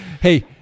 Hey